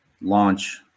launch